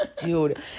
dude